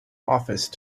office